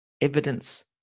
evidence